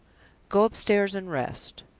go upstairs, and rest.